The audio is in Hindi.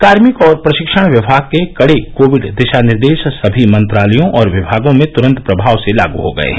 कार्मिक और प्रशिक्षण विभाग के कड़े कोविड दिशानिर्देश समी मंत्रालयों और विभागों में तुरंत प्रभाव से लागू हो गए हैं